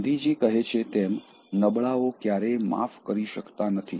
ગાંધીજી કહે છે તેમ નબળાઓ ક્યારેય માફ કરી શકતા નથી